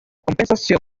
compensación